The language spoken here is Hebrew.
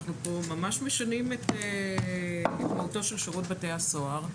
אנחנו פה ממש משנים את מהותו של שירות בתי הסוהר.